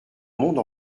monde